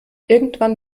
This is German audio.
irgendwann